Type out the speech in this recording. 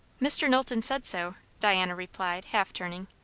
mr. knowlton said so, diana replied, half turning.